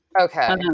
Okay